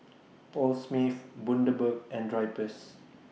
Paul Smith Bundaberg and Drypers